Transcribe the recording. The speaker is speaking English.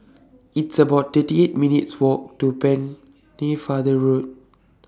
It's about thirty eight minutes' Walk to Pennefather Road